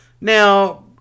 Now